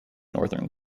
northern